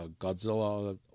godzilla